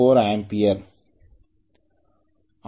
4 ampere of If